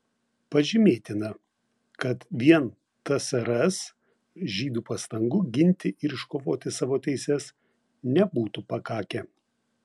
pažymėtina kad vien tsrs žydų pastangų ginti ir iškovoti savo teises nebūtų pakakę